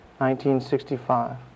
1965